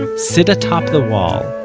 and sit atop the wall,